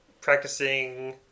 practicing